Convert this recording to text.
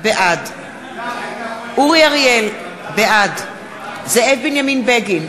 בעד אורי אריאל, בעד זאב בנימין בגין,